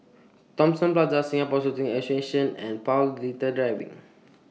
Thomson Plaza Singapore Shooting Association and Paul Little Drive